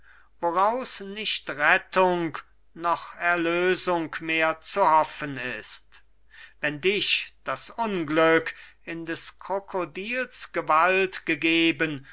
woraus nicht rettung noch erlösung mehr zu hoffen ist wenn dich das unglück in des krokodils gewalt gegeben